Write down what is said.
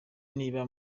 niba